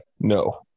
No